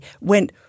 went